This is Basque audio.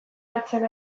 hartzen